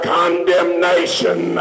condemnation